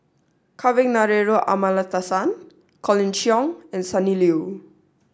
Kavignareru Amallathasan Colin Cheong and Sonny Liew